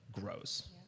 grows